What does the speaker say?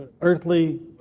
earthly